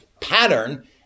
pattern